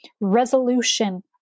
resolution